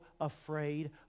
afraid